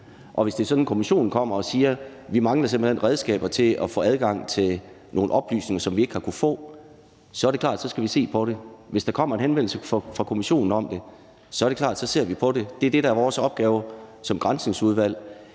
og hvis det er sådan, at kommissionen kommer og siger, at de simpelt hen mangler redskaber til at få adgang til nogle oplysninger, som de ikke har kunnet få, er det klart, at så skal vi se på det; hvis der kommer en henvendelse fra kommissionen om det, er det klart, at så ser vi på det. Det er det, der er vores opgave som Granskningsudvalg.